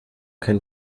kein